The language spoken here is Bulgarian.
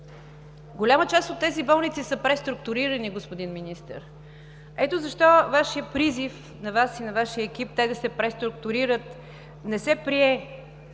Голяма част от тези болници са преструктурирани, господин Министър. Ето защо Вашият призив, на Вас и на Вашия екип – да се преструктурират, не се прие